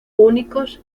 únicos